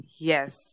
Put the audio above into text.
Yes